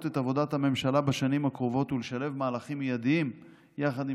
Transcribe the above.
את עבודת הממשלה בשנים הקרובות ולשלב מהלכים מיידיים יחד עם